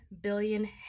billion